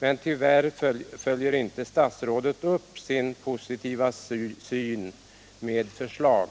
Men tyvärr följer statsrådet inte upp sin positiva syn med förslag